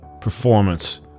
performance